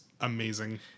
amazing